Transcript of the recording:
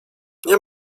nie